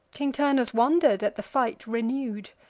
king turnus wonder'd at the fight renew'd,